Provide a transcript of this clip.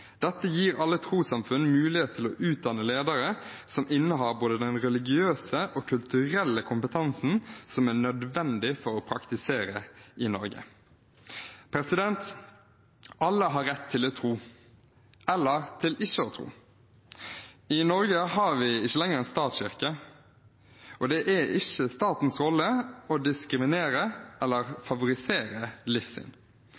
Dette gir alle trossamfunn mulighet til å utdanne ledere som innehar både den religiøse og den kulturelle kompetansen som er nødvendig for å praktisere i Norge. Alle har rett til å tro – eller til ikke å tro. I Norge har vi ikke lenger en statskirke, og det er ikke statens rolle å diskriminere